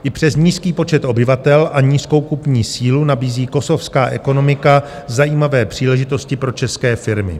I přes nízký počet obyvatel a nízkou kupní sílu nabízí kosovská ekonomika zajímavé příležitosti pro české firmy.